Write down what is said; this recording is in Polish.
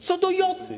Co do joty.